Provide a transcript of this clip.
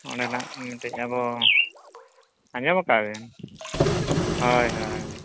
ᱚᱱᱰᱮᱱᱟᱜ ᱢᱤᱫᱴᱮᱱ ᱟᱫᱚ ᱟᱸᱡᱚᱢ ᱟᱠᱟᱫᱟᱵᱮᱱ ᱦᱚᱭ ᱦᱚᱭ